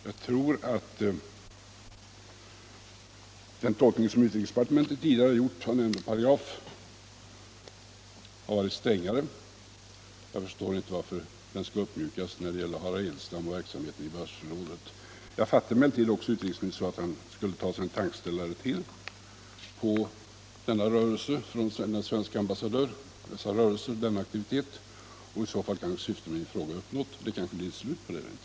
Jag tror att den tolkning som utrikesdepartementet tidigare gjort av nämnda paragraf har varit strängare, och jag förstår inte varför den skall uppmjukas när det gäller Harald Edelstam och verksamheten i Världsfredsrådet. Jag fattar emellertid också utrikesministern så att han skulle ta sig en funderare till på denne svenske ambassadörs aktivitet i detta sammanhang, och i så fall kanske syftet med min fråga är uppnått. Det kanske rent av blir ett slut på den aktiviteten.